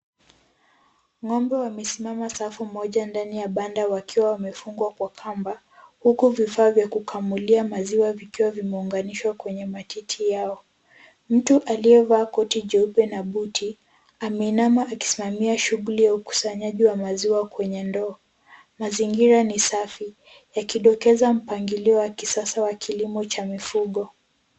Ng'ombe wamesimama safu moja ndani ya banda wakiwa wamefungwa kwa kamba huku vifaa vya kukamulia maziwa vikiwa vimeunganishwa kwenye matiti yao. Mtu aliyevaa koti jeupe na buti ameinama akisimamia shughuli ya ukusanyaji wa maziwa kwenye ndoo. Mazingira ni safi yakidokeza mpangilio wa kisasa wa kilimo cha mifugo.